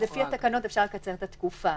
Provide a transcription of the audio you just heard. לפי התקנות אפשר לקצר את התקופה.